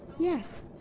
yes,